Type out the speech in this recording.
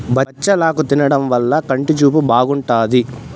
బచ్చలాకు తినడం వల్ల కంటి చూపు బాగుంటాది